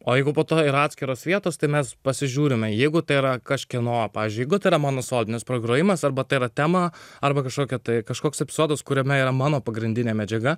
o jeigu po to yra atskiros vietos tai mes pasižiūrime jeigu tai yra kažkieno pavyzdžiui jeigu ta mano solinis pagrojimas arba tai yra tema arba kažkokią tai kažkoks epizodas kuriame yra mano pagrindinė medžiaga